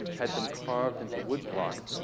had them carved into woodblocks,